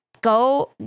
go